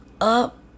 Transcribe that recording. up